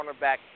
cornerback